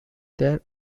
there